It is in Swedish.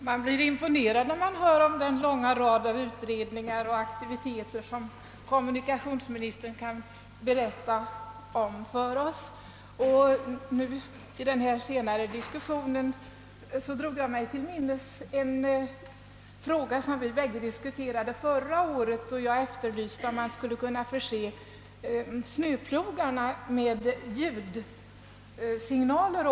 Herr talman! Man blir imponerad när man hör vilken lång rad av utredningar och aktiviteter som kommunikationsministern kan berätta för oss om. Under den senare delen av diskussionen drog jag mig till minnes ett spörsmål som kommunikationsministern och jag diskuterade förra året, då jag frå gade om man inte skulle kunna förse snöplogarna med ljudsignaler.